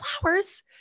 flowers